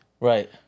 Right